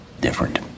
different